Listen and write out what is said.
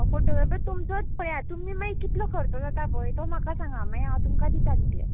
photographer तुमचोच पळयात तुमी मागीर कितलो खर्च जाता पळय तो म्हाका सांगा माई हांव तुमकां दिता तितले